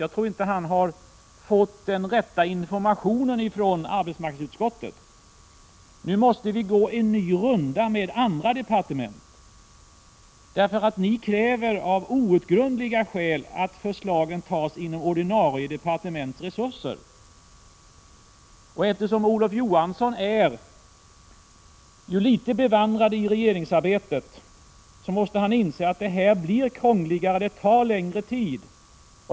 Jag tror inte att han har fått den rätta informationen från arbetsmarknadsutskottet. Nu måste vi gå en ny runda med andra departement. Ni kräver nämligen av outgrundliga skäl att förslagen finansieras inom ordinarie departements resurser. Eftersom Olof Johansson ju är litet bevandrad i regeringsarbetet, måste han inse att detta blir krångligare, att det tar längre tid.